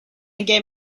get